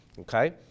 okay